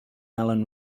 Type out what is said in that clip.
allen